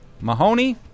Mahoney